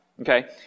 Okay